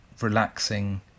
relaxing